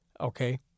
okay